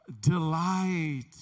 delight